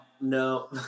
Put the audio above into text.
No